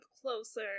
closer